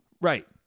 Right